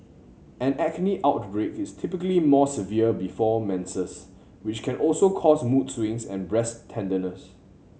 an acne outbreak is typically more severe before menses which can also cause mood swings and breast tenderness